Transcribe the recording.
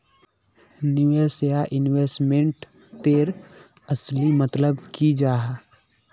निवेश या इन्वेस्टमेंट तेर असली मतलब की जाहा?